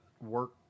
work